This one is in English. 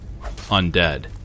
undead